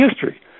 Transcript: history